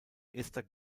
esther